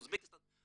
אוזבקיסטן,